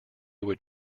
would